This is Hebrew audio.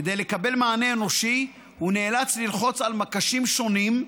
כדי לקבל מענה אנושי הוא נאלץ ללחוץ על מקשים שונים,